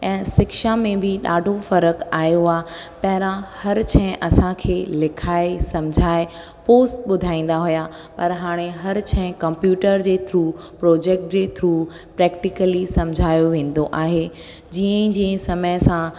ऐं शिक्षा में बि ॾाढो फ़र्क़ु आयो आहे पहिरां हर शइ असांखे लिखाए समुझाए पोइ ॿुधाईंदा हुआ पर हाणे हर शइ कंप्यूटर जे थ्रू प्रोजेक्ट जे थ्रू प्रैक्टिकली समुझायो वेंदो आहे जीअं जीअं समय सां